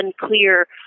unclear